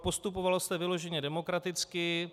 Postupovalo se vyloženě demokraticky.